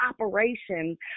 operation